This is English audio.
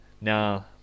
Now